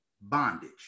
bondage